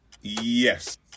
Yes